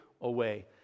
away